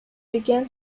began